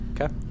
Okay